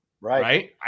Right